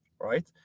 right